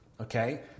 okay